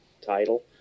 title